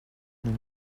nous